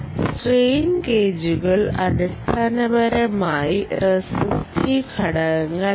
strain ഗേജുകൾ അടിസ്ഥാനപരമായി resistive ഘടകമാണ്